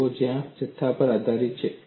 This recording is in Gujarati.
તેઓ અન્ય જથ્થા પર આધારિત છે